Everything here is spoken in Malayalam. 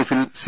എഫിൽ സി